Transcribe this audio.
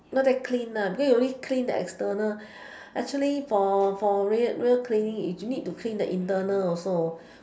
not that clean because you only clean the external actually for for real real cleaning is you need to clean the internal also